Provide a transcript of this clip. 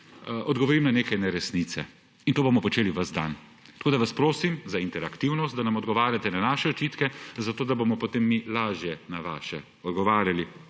odgovorim na nekaj neresnic. To bomo počeli ves dan, zato vas prosim za interaktivnost, da nam odgovarjate na naše očitke, zato da bomo potem mi lažje na vaše odgovarjali.